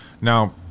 Now